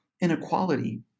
inequality